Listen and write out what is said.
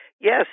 Yes